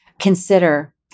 consider